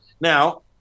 Now